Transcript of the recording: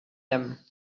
them